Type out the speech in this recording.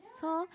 so